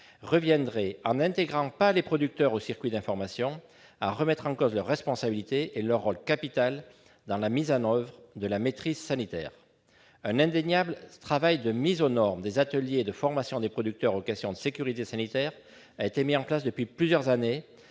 reviendrait, en n'intégrant pas les producteurs au circuit d'information, à remettre en cause la responsabilité et leur rôle capital de ceux-ci dans la mise en oeuvre de leur maîtrise sanitaire. Un indéniable travail de mise aux normes des ateliers et de formation des producteurs aux questions de sécurité sanitaire est effectué depuis plusieurs années.